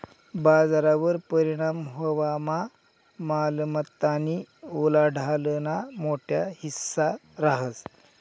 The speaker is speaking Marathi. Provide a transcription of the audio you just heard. बजारवर परिणाम व्हवामा मालमत्तानी उलाढालना मोठा हिस्सा रहास